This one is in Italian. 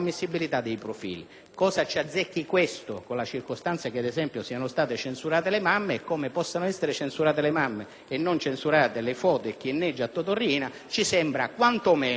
Cosa ci azzecca questo con la circostanza che siano state censurate le mamme? Che possano essere censurate le mamme e invece non vengano censurati le foto e chi inneggia a Toto Riina ci sembra quantomeno anomalo.